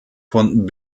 von